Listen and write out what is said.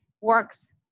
works